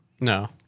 No